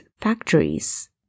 factories